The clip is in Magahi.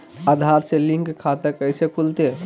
आधार से लिंक खाता कैसे खुलते?